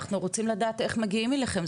אני רוצה לדעת איך מגיעים אליכם,